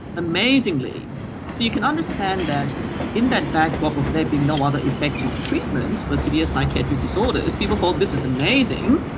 amazingly. so you can understand that in that backdrop of there being no other effective treatments for severe psychiatric disorders, disorders, people thought this is amazing.